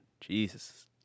Jesus